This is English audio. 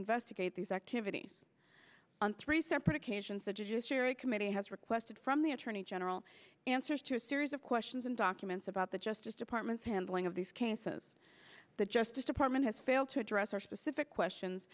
investigate these activities on three separate occasions the judiciary committee has requested from the attorney general answers to a series of questions and documents about the justice department's handling of these cases the justice department has failed to address our specific questions